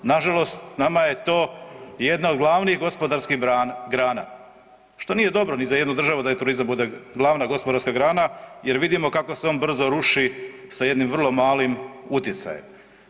Nažalost, nama je to jedna od glavnih gospodarskih grana, što nije dobro ni za jednu državu da joj turizam bude glavna gospodarska grana jer vidimo kako se on brzo ruši sa jednim vrlo malim utjecajem.